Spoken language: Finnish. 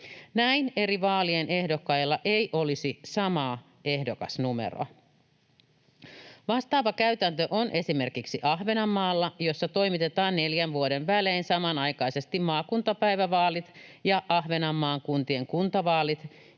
Näin eri vaalien ehdokkailla ei olisi samaa ehdokasnumeroa. Vastaava käytäntö on esimerkiksi Ahvenanmaalla, jossa toimitetaan neljän vuoden välein samanaikaisesti maakuntapäivävaalit ja Ahvenanmaan kuntien kuntavaalit